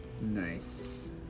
Nice